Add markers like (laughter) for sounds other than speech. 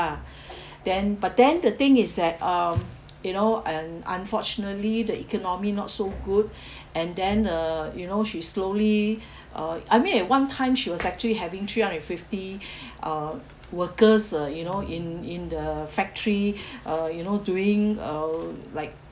(breath) then but then the thing is that um you know and unfortunately the economy not so good (breath) and then the you know she slowly (breath) uh I mean at one time she was actually having three hundred and fifty (breath) uh workers uh you know in in the factory (breath) uh you know doing uh like